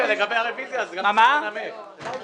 מספר 227, 287,